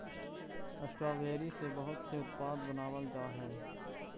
strawberry से बहुत से उत्पाद बनावाल जा हई